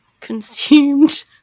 consumed